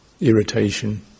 irritation